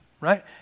right